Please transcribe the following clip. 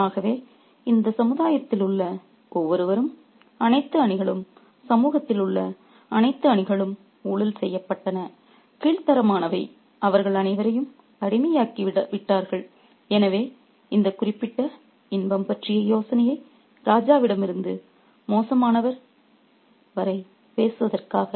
ஆகவே இந்த சமுதாயத்தில் உள்ள ஒவ்வொருவரும் அனைத்து அணிகளும் சமூகத்தில் உள்ள அனைத்து அணிகளும் ஊழல் செய்யப்பட்டன கீழ்த்தரமானவை அவர்கள் அனைவரையும் அடிமையாகிவிட்டார்கள் எனவே இந்தக் குறிப்பிட்ட இன்பம் பற்றிய யோசனையை ராஜாவிடமிருந்து மோசமானவர் வரை பேசுவதற்காக